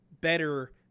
better